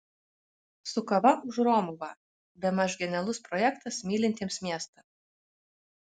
su kava už romuvą bemaž genialus projektas mylintiems miestą